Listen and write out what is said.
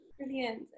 Brilliant